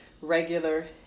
regular